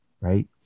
right